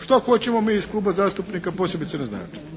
što hoćemo mi iz Kluba zastupnika posebice naznačiti.